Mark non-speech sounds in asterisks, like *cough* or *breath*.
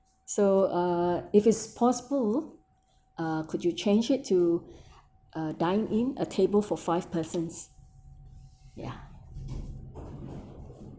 so uh if it's possible uh could you change it to *breath* uh dine in a table for five persons ya